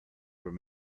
were